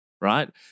Right